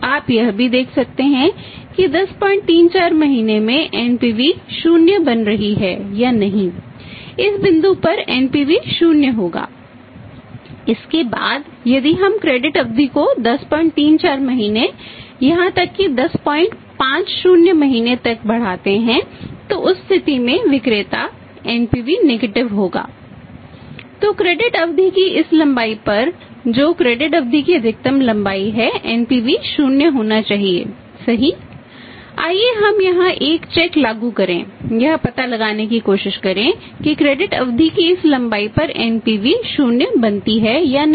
आप यह भी देख सकते हैं कि 1034 महीने में एनपीवी "0" बनती है या नहीं